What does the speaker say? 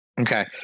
Okay